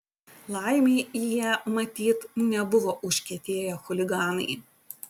laimei jie matyt nebuvo užkietėję chuliganai